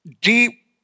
deep